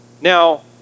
Now